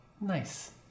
nice